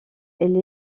elle